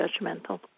judgmental